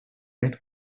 met